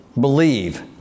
believe